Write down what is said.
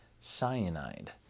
cyanide